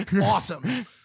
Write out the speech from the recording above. Awesome